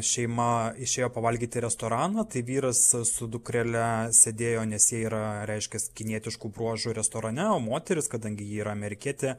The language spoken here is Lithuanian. šeima išėjo pavalgyti į restoraną tai vyras su dukrele sėdėjo nes jie yra reiškias kinietiškų bruožų restorane o moteris kadangi ji yra amerikietė